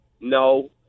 no